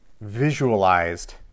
visualized